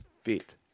fit